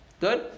Good